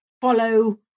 follow